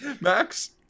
Max